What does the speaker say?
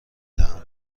دهم